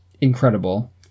incredible